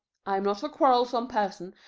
i'm not a quarrelsome person,